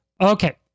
Okay